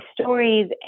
stories